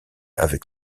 avec